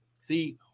See